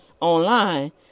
online